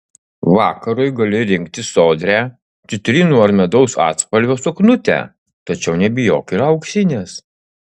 vakarui gali rinktis sodrią citrinų ar medaus atspalvio suknutę tačiau nebijok ir auksinės